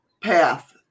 path